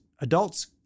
adults